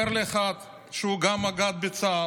אומר לי אחד שהוא גם מג"ד בצה"ל: